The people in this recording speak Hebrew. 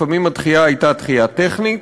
לפעמים הדחייה הייתה דחייה טכנית.